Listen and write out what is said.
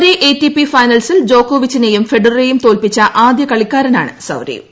ഒരേ എടിപി ഫൈനൽസിൽ ജോക്കോവിച്ചിനെയും ഫെഡററെയും തോൽപ്പിച്ച ആദ്യ കളിക്കാരനാണ് സ്വരേവ്